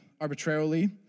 arbitrarily